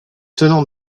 tenant